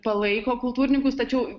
palaiko kultūrininkus tačiau